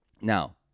Now-